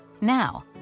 Now